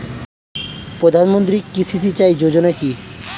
প্রধানমন্ত্রী কৃষি সিঞ্চয়ী যোজনা কি?